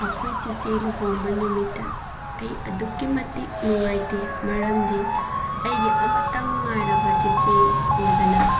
ꯑꯩꯈꯣꯏ ꯆꯤꯆꯦ ꯂꯨꯍꯣꯡꯕ ꯅꯨꯃꯤꯠꯇ ꯑꯩ ꯑꯗꯨꯛꯀꯤ ꯃꯇꯤꯛ ꯅꯨꯡꯉꯥꯏꯇꯦ ꯃꯔꯝꯗꯤ ꯑꯩꯒꯤ ꯑꯃꯠꯇ ꯉꯥꯏꯔꯕ ꯆꯦꯆꯦ ꯑꯣꯏꯕꯅ